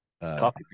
coffee